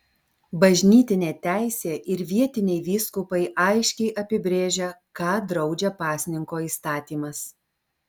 bažnytinė teisė ir vietiniai vyskupai aiškiai apibrėžia ką draudžia pasninko įstatymas